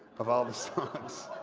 of all the songs